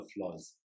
flaws